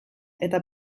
eta